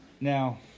Now